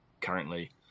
Currently